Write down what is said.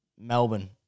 Melbourne